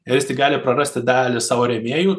ir jis tai gali prarasti dalį savo rėmėjų